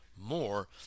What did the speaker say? more